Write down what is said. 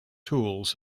tools